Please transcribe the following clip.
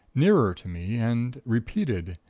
nearer to me, and repeated,